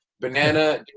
banana